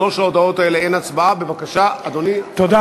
4. להצעת חוק לצמצום השימוש בשקיות נשיאה חד-פעמיות,